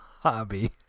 hobby